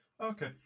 Okay